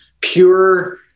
pure